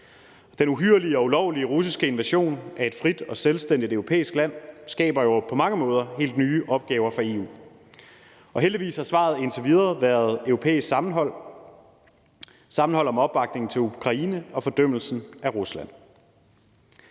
Den uhyrlige og ulovlige russiske invasion af et frit og selvstændigt europæisk land skaber jo på mange måder helt nye opgaver for EU. Heldigvis har svaret indtil videre været europæisk sammenhold, sammenhold om opbakning til Ukraine og fordømmelse af Rusland.